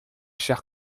chers